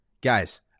Guys